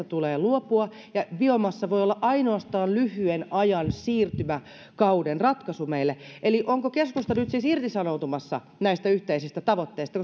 tulee luopua ja biomassa voi olla ainoastaan lyhyen ajan siirtymäkauden ratkaisu meille eli onko keskusta nyt siis irtisanoutumassa näistä yhteisistä tavoitteista